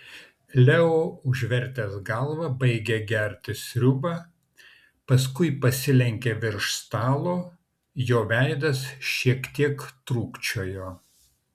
leo užvertęs galvą baigė gerti sriubą paskui pasilenkė virš stalo jo veidas šiek tiek trūkčiojo